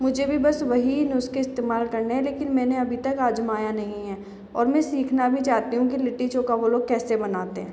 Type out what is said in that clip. मुझे भी बस वही नुस्खे इस्तेमाल करने हैं लेकिन मैंने अभी तक आजमाया नहीं है और मैं सीखना भी चाहती हूँ कि लिट्टी चोखा वो लोग कैसे बनाते हैं